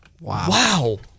Wow